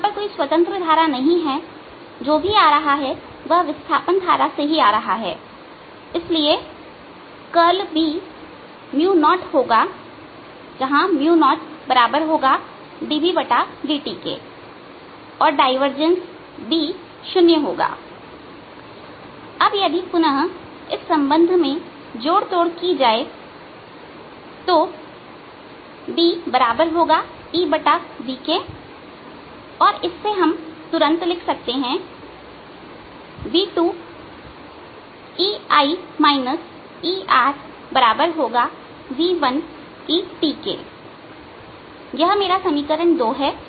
यहां पर कोई स्वतंत्र धारा नहीं है जो भी आ रहा है वह विस्थापन धारा से ही आ रहा है इसलिए कर्ल B 0होगा 0 dbdt और डायवर्जेंस B शून्य होगा अब यदि पुनः इस संबंध में जोड़ तोड़ की जाए तो B Ev और इससे तुरंत हम लिख सकते हैं v2v1ET यह मेरा समीकरण 2 है